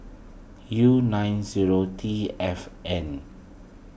U nine zero T F N